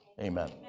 Amen